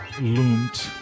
loomed